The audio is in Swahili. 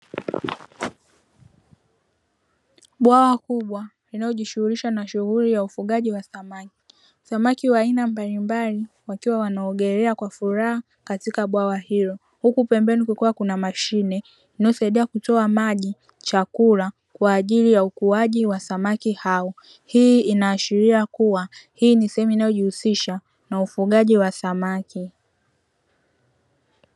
Bwawa kubwa linalojishughulisha na ufugaji wa samaki. Samaki wa aina mbalimbali wakiwa wanaogelea kwa furaha katika bwawa hilo huku pembeni kukiwa kuna mashine inayosaidia kutoa maji, chakula kwa ajili ya ukuaji wa samaki hao. Hii inaashiria kuwa hii ni sehemu inayojihusisha na ufugaji wa samaki.